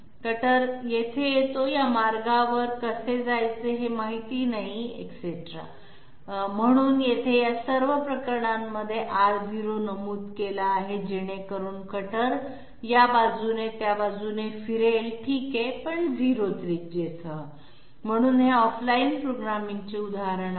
cutter इथे येतो या मार्गावर कसे जायचे हे माहित नाही इत्यादी इत्यादी म्हणून येथे या सर्व प्रकरणांमध्ये R0 नमूद केला आहे जेणेकरून कटर या बाजूने त्या बाजूने फिरेल ठीक आहे म्हणून हे ऑफलाइन प्रोग्रामिंग चे उदाहरण आहे